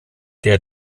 der